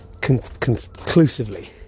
conclusively